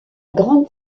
grande